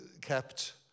kept